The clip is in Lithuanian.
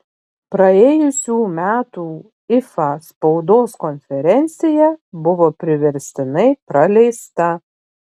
praėjusių metų ifa spaudos konferencija buvo priverstinai praleista